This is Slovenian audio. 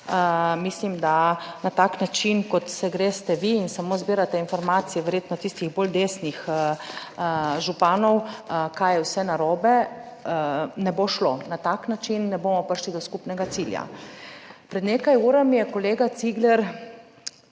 mislim, da na tak način kot se greste vi in samo zbirate informacije verjetno tistih bolj desnih, županov, kaj je vse narobe, ne bo šlo. Na tak način ne bomo prišli do skupnega cilja. Pred nekaj urami je kolega Cigler